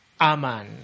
aman